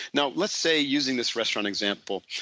now, let's say using this restaurant example,